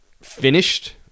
finished